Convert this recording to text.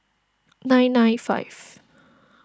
nine nine five